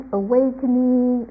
awakening